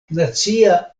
nacia